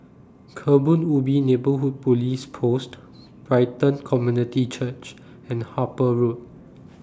Kebun Ubi Neighbourhood Police Post Brighton Community Church and Harper Road